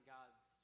God's